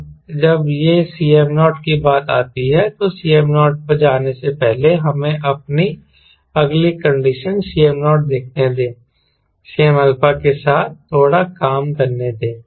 अब जब यह Cm0की बात आती है तो Cm0 पर जाने से पहले हमें अपनी अगली कंडीशन Cm0 देखने दें Cmα के साथ थोड़ा काम करने दें